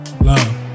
Love